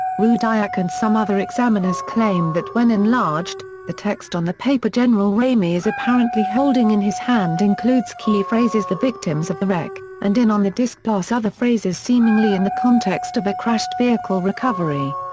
rudiak and some other examiners claim that when enlarged, the text on the paper general ramey is apparently holding in his hand includes key phrases the victims of the wreck and in on the disc plus other phrases seemingly in the context of a crashed vehicle recovery.